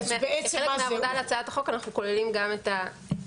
וכחלק מהעבודה על הצעת החוק אנחנו גם כוללים את הבחינה